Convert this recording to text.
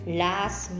last